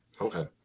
okay